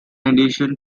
addition